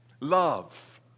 Love